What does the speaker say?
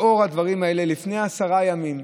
לאור הדברים האלה, לפני עשרה ימים,